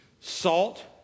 Salt